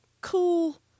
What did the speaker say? cool